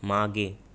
मागे